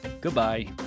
Goodbye